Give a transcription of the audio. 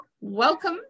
welcome